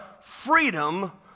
freedom